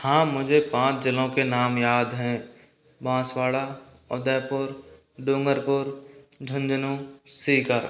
हाँ मुझे पाँच ज़िलों के नाम याद हैं बांसवाड़ा उदयपुर डुंगरपुर झुंझुनू सीकर